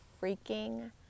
freaking